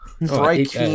right